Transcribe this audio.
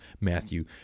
Matthew